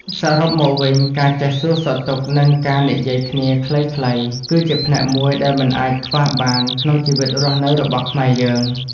សរុបមកវិញការចេះសួរសុខទុក្ខនិងការនិយាយគ្នាខ្លីៗគឺជាផ្នែកមួយដែលមិនអាចខ្វះបានក្នុងជីវិតរស់នៅរបស់ខ្មែរយើង។